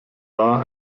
war